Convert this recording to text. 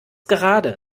gerade